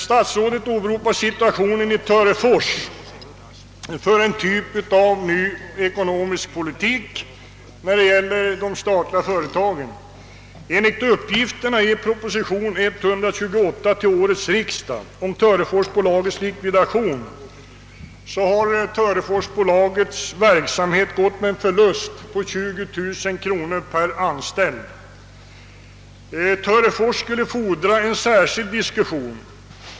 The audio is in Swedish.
Statsrådet åberopar situationen i Törefors för en typ av ny ekonomisk politik när det gäller de statliga företagen. Enligt uppgifterna i propositionen 128 till årets riksdag om Töreforsbolagets likvidation har Töreforsbolagets verksamhet gått med en förlust av 20 000 kronor per anställd. Töreforsbolaget skulle fordra en särskild diskussion.